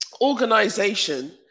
organization